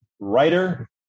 writer